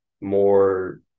more